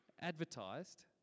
advertised